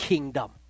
Kingdom